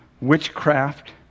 witchcraft